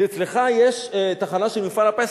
אצלך יש תחנה של מפעל הפיס?